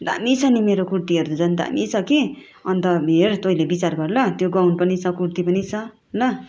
दामी छ नि मेरो कुर्तीहरू झन् दामी छ कि अन्त हेर् तैँले विचार गर् ल त्यो गाउन पनि छ कुर्ती पनि छ ल